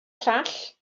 llall